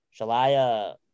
Shalaya